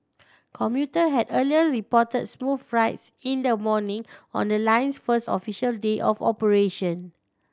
commuter had earlier reported smooth rides in the morning on the line's first official day of operation